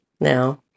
now